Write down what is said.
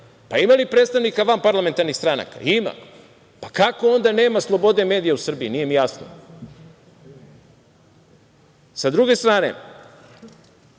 li ima predstavnika vanparlamentarnih stranaka? Ima. Kako onda nema slobode medija u Srbiji, nije mi jasno. Sa druge strane,